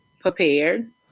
prepared